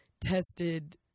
tested